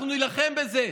אנחנו נילחם בזה.